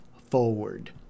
forward